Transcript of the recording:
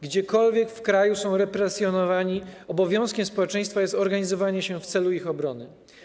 Gdziekolwiek w kraju są represjonowani, obowiązkiem społeczeństwa jest organizowanie się w celu ich obrony.